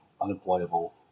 unemployable